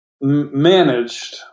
managed